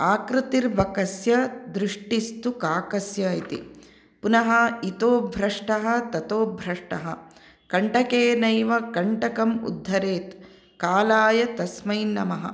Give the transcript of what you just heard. आकृतिर्बकस्य दृष्टिस्तु काकस्य इति पुनः इतो भ्रष्टः ततो भ्रष्टः कण्टकेनैव कण्टकम् उद्धरेत् कालाय तस्मै नमः